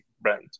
brand